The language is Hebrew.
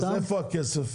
אז איפה הכסף?